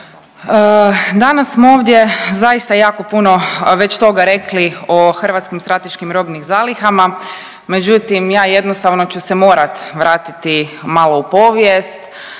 Danas smo ovdje zaista jako puno već toga rekli o hrvatskim strateškim robnim zalihama. Međutim, ja jednostavno ću se morati vratiti malo u povijest